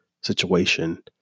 situation